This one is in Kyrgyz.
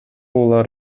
булар